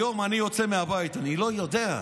היום כשאני יוצא מהבית, אני לא יודע.